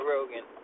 Rogan